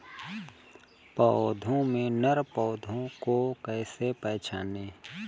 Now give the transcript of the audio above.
पौधों में नर पौधे को कैसे पहचानें?